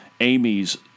Amy's